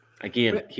again